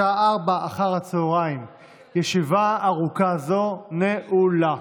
בשעה 16:00. הישיבה הארוכה הזאת נעולה.